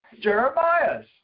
Jeremiah's